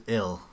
ill